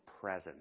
present